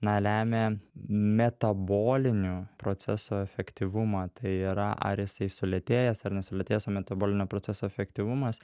na lemia metabolinio proceso efektyvumą tai yra ar jisai sulėtėjęs ar nesulėtėjęs o metabolinio proceso efektyvumas